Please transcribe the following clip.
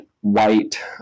white